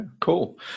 cool